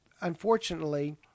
unfortunately